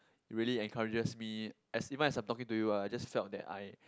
really encourages me as even as I'm talking you ah I just felt that I